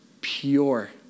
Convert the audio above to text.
pure